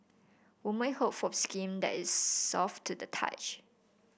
woman hope for skin that is soft to the touch